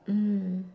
mm